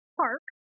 park